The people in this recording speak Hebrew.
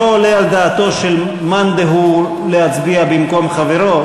שלא עולה על דעתו של מאן דהוא להצביע במקום חברו.